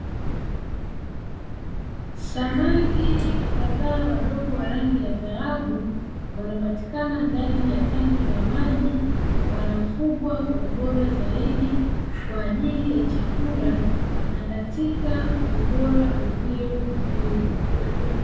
Samaki kadhaa wadogo wa rangi ya dhahabu wanapatikana ndani ya tanki la maji wanafugwa kwa ubora zaidi kwa ajili ya chakula na katika ubora uliokithiri.